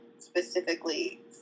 specifically